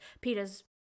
Peter's